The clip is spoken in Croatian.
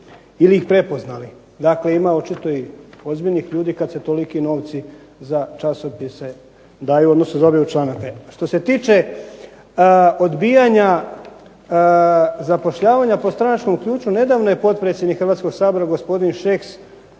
ili ih prepoznali, dakle ima i očito ozbiljnih ljudi kada se toliki novci daju za časopise ... Što se tiče odbijanja zapošljavanja po stranačkom ključu, nedavno je potpredsjednik Sabora gospodin Šeks